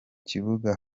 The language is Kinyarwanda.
kibuga